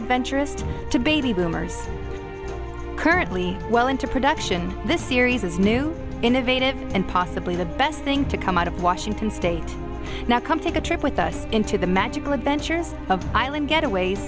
adventure to baby boomers currently well into production this series is new innovative and possibly the best thing to come out of washington state now come take a trip with us into the magical adventures of island getaways